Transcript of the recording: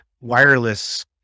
wireless